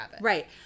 Right